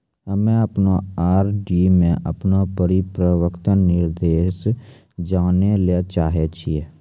हम्मे अपनो आर.डी मे अपनो परिपक्वता निर्देश जानै ले चाहै छियै